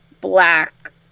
black